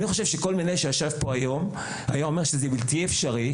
אני חושב שכל מנהל שהיה יושב פה היום היה אומר שזה בלתי אפשרי,